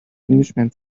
englishman